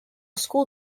school